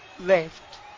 left